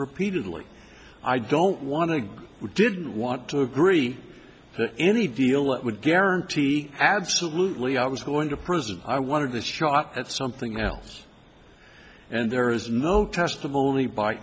repeatedly i don't want to go who didn't want to agree to any deal that would guarantee absolutely i was going to prison i wanted this shot at something else and there is no testimony by